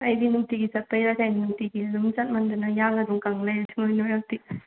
ꯑꯩꯗꯤ ꯅꯨꯡꯇꯤꯒꯤ ꯆꯠꯄꯩꯔꯥ ꯀꯩꯅꯣ ꯅꯨꯡꯇꯤꯒꯤ ꯑꯗꯨꯝ ꯆꯠꯃꯟꯗꯅ ꯌꯥꯡ ꯑꯗꯨꯝ ꯀꯪ ꯂꯩꯔꯦ ꯁꯨꯡꯅꯣꯏ ꯅꯣꯏꯔꯛꯇꯦ